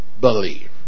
believe